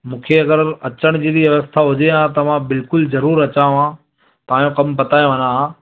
मूंखे अगरि अचण जहिड़ी व्यवस्था हुजे आ त मां बिल्कुलु ज़रूरु अचां आ तव्हांजो कमु पताये वञा हा